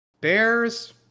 bears